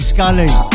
Scully